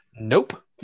Nope